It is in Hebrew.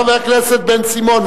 חבר הכנסת בן-סימון,